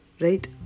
Right